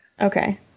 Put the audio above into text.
okay